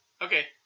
Okay